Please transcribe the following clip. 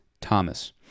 Thomas